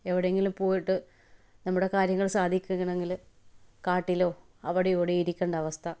എവിടെങ്കിലും പോയിട്ട് നമ്മുടെ കാര്യങ്ങൾ സാധിപ്പിക്കണമെങ്കിൽ കാട്ടിലോ അവിടെ ഇവിടെയോ ഇരിക്കണ്ട അവസ്ഥ